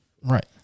Right